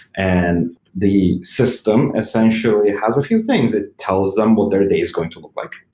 and the system essentially has a few things. it tells them what their day is going to look like.